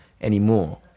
anymore